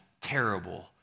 terrible